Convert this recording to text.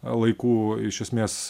laikų iš esmės